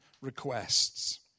requests